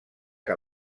que